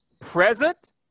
present